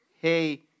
Hey